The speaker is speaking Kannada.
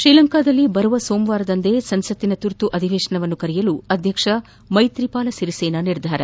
ಶ್ರೀಲಂಕಾದಲ್ಲಿ ಬರುವ ಸೋಮವಾರದಂದೇ ಸಂಸತ್ತಿನ ತುರ್ತು ಅಧಿವೇಶನ ಕರೆಯಲು ಅಧ್ಯಕ್ಷ ಮೈತ್ರಿಪಾಲಾ ಸಿರಿಸೇನಾ ನಿರ್ಧಾರ